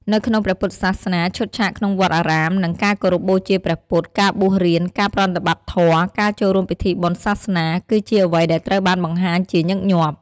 នៅក្នុងព្រះពុទ្ធសាសនា ឈុតឆាកក្នុងវត្តអារាម នឹងការគោរពបូជាព្រះពុទ្ធ ការបួសរៀន ការប្រតិបត្តិធម៌ ការចូលរួមពិធីបុណ្យសាសនា គឺជាអ្វីដែលត្រូវបានបង្ហាញជាញឹកញាប់។